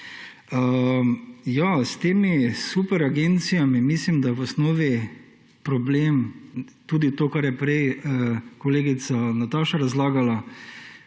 S temi superagencijami mislim, da je v osnovi problem tudi to, kar je prej kolegica Nataša razlagala,